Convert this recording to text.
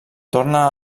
torna